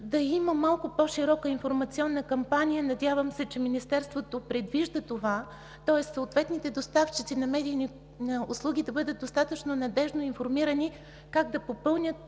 да има малко по-широка информационна кампания. Надявам се, че Министерството предвижда това, тоест съответните доставчици на медийни услуги да бъдат достатъчно надеждно информирани как да попълнят